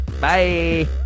Bye